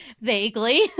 Vaguely